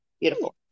beautiful